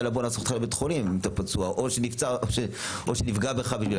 להעביר לבית החולים או שנפגע בך.